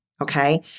okay